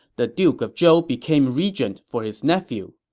the duke of zhou became regent for his nephew.